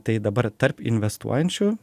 tai dabar tarp investuojančių